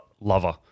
lover